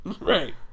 right